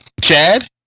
Chad